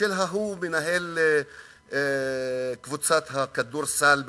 של ההוא, מנהל קבוצת הכדורסל בארצות-הברית,